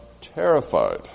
terrified